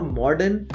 modern